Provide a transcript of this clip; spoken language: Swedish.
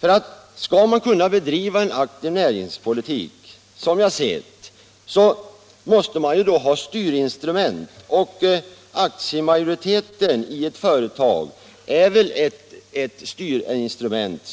För att kunna bedriva en aktiv näringspolitik måste man, som jag ser det, ha styrinstrument. Aktiemajoriteten i ett företag är väl ett styrinstrument